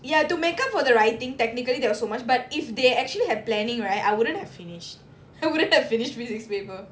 ya to make up for the writing technically there was so much but if they actually have planning right I wouldn't have finished I wouldn't have finished the paper